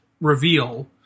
reveal